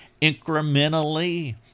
incrementally